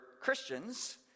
Christians